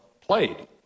played